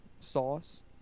sauce